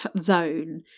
zone